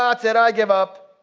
ah, that's it. i give up.